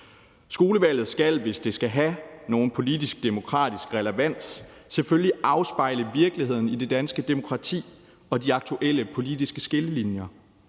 Skolevalget skal, hvis det skal have nogen politisk demokratisk relevans, selvfølgelig afspejle virkeligheden i det danske demokrati og de aktuelle politiske skillelinjer,